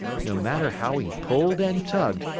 no matter how he pulled and tugged,